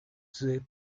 zip